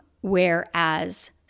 whereas